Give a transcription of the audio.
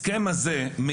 כלומר,